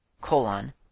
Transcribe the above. colon